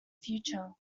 future